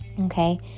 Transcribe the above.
okay